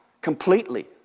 completely